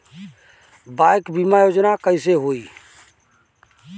Bike बीमा योजना कैसे होई?